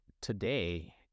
today